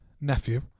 nephew